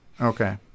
Okay